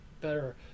better